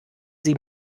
sie